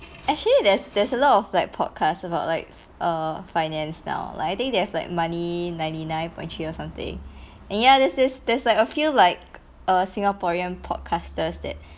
actually there's there's a lot of like podcast about like err finance now like I think they have like money ninety nine point three or something and ya there's there's there's like a few like err singaporean podcasters that